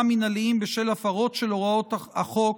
מינהליים בשל הפרות של הוראות החוק,